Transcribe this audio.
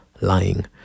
lying